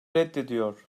reddediyor